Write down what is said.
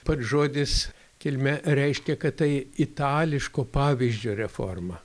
pats žodis kilme reiškia kad tai itališko pavyzdžio reforma